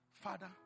Father